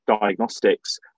diagnostics